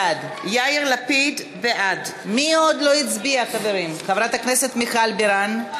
בעד מיכל בירן,